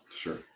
Sure